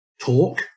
talk